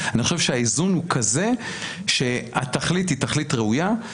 אני חושב שהאיזון הוא כזה שהתכלית היא תכלית ראויה.